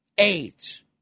Eight